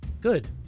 good